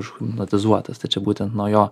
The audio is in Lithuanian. užhipnotizuotas tai čia būtent nuo jo